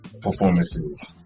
Performances